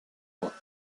points